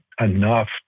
enough